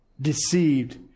Deceived